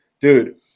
dude